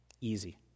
easy